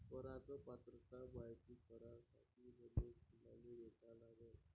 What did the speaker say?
कराच पात्रता मायती करासाठी मले कोनाले भेटा लागन?